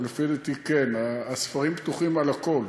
אבל לפי דעתי, כן, הספרים פתוחים על הכול